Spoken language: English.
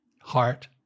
heart